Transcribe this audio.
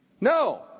no